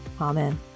amen